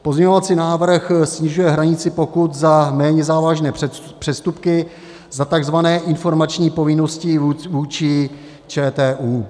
Pozměňovací návrh snižuje hranici pokut za méně závažné přestupky, za takzvané informační povinnosti vůči ČTÚ.